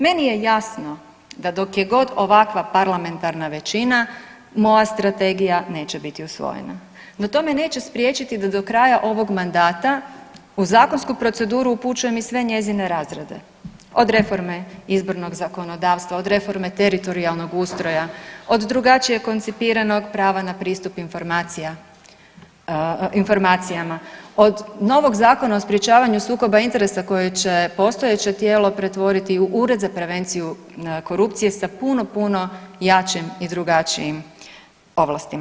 Meni je jasno da dok je god ovakva parlamentarna većina moja strategija neće biti usvojena, no to me neće spriječiti da do kraja ovog mandata u zakonsku proceduru upućujem i sve njezine razrade, od reforme izbornog zakonodavstva, od reforme teritorijalnog ustroja, od drugačije koncipiranog prava na pristup informacijama, od novog Zakona o sprečavanju sukoba interesa koje će postojeće tijelo pretvoriti u ured za prevenciju korupcije sa puno, puno jačim i drugačijim ovlastima.